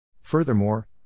Furthermore